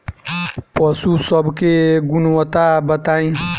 पशु सब के गुणवत्ता बताई?